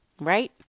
right